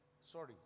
Sorry